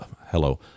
hello